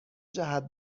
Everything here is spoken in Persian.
جهت